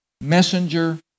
messenger